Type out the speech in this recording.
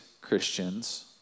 Christians